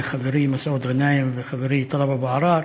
לחברי מסעוד גנאים ולחברי טלב אבו עראר,